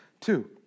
Two